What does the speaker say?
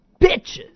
bitches